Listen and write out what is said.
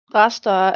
rester